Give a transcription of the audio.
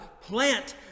plant